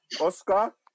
Oscar